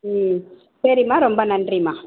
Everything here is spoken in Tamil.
ம் சரிம்மா ரொம்ப நன்றிம்மா